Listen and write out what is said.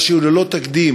משהו ללא תקדים,